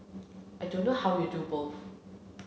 I don't know how you do both